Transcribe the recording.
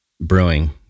brewing